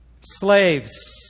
slaves